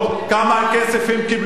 כמה כסף הן קיבלו,